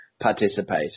Participate